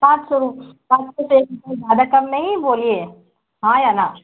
सात सौ रु सात सौ ज़्यादा कम नहीं बोलिए हाँ या ना